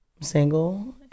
single